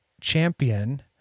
Champion